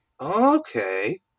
Okay